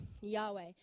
Yahweh